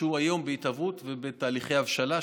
שהוא היום בהתהוות ובתהליכי הבשלה.